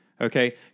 Okay